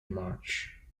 march